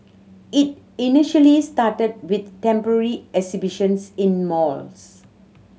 it initially started with temporary exhibitions in malls